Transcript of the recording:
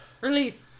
Relief